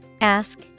Ask